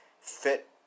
fit